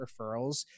referrals